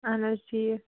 اَہَن حظ ٹھیٖک